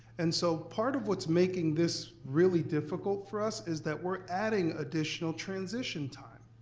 and so part of what's making this really difficult for us is that we're adding additional transition time.